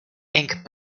inc